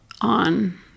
on